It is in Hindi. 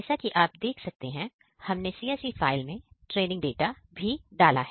जैसा कि आप देख सकते हैं हमने CSV फाइल में ट्रेनिंग डाटा भी है